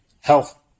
health